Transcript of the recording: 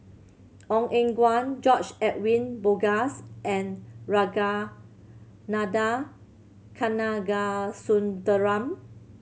Ong Eng Guan George Edwin Bogaars and Ragunathar Kanagasuntheram